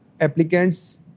applicants